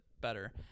better